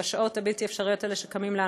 בשעות הבלתי-אפשריות האלה שקמים להנקה.